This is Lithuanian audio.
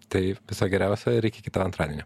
tai viso geriausio ir iki kito antradienio